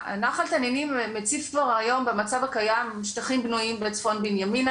נחל תנינים מציף כבר היום במצב הקיים שטחים בנויים בצפון בנימינה